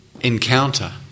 encounter